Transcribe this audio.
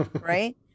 right